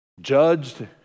judged